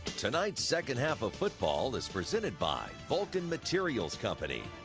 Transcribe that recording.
tonight's second half of football is presented by vulcan materials company.